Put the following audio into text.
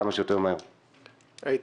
איתן.